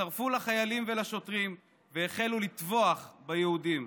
הצטרפו לחיילים והשוטרים והחלו לטבוח ביהודים,